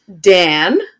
Dan